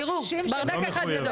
תראו, ברדק אחד גדול.